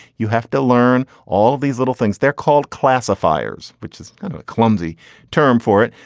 you have to learn all of these little things. they're called classifiers, which is kind of a clumsy term for it.